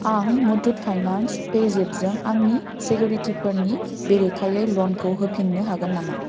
आं मुथुट फाइनान्स पेजेपजों आंनि सिकिउरिटिफोरनि बेरेखायै ल'नखौ होफिन्नो हागोन नामा